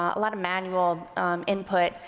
a lot of manual input.